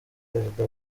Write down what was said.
perezida